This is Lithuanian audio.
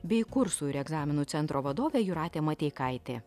bei kursų ir egzaminų centro vadovė jūratė mateikaitė